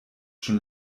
schon